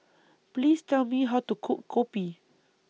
Please Tell Me How to Cook Kopi